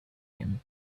him